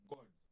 God